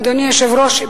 אדוני היושב-ראש,